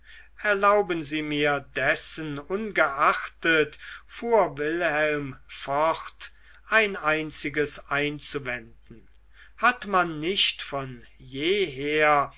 erlauben sie mir dessenungeachtet fuhr wilhelm fort ein einziges einzuwenden hat man nicht von jeher